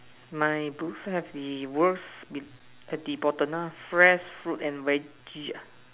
my booth has the words the at the bottom ah fresh fruit and Vege ah